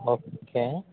okay